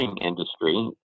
industry